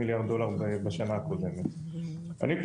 אני פעיל בתעשייה הזאת משנות ה-90'.